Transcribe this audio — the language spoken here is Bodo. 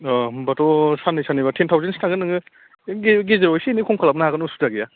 अ होनबाथ' सान्नै सान्नैबा टेन थावजेन सो थांगोन नोङो गे गेजेराव एसे एनै खम खालामनो हागोन उसुबिदा गैया